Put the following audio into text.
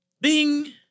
bing